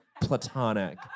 platonic